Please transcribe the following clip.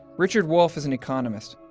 richard wolff is an economist,